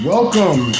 Welcome